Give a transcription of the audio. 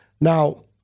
Now